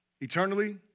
Eternally